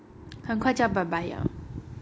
很快就要 bye bye liao